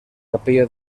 capella